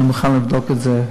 אני מוכן לבדוק את זה,